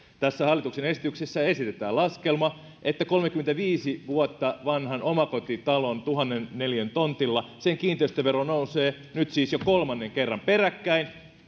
tässä hallituksen esityksessä esitetään laskelma että jos on kolmekymmentäviisi vuotta vanha omakotitalo tuhannen neliön tontilla sen kiinteistövero nousee nyt siis jo kolmannen kerran peräkkäin